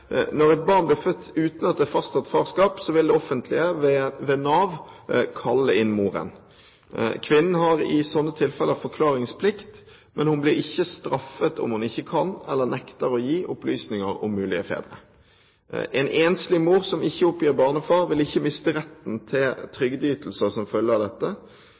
Når et barn blir født uten at det er fastsatt farskap, vil det offentlige, ved Nav, kalle inn moren. Kvinnen har i sånne tilfeller forklaringsplikt, men hun blir ikke straffet om hun ikke kan eller nekter å gi opplysninger om mulige fedre. En enslig mor som ikke oppgir barnefar, vil ikke miste retten til trygdeytelser som følge av dette,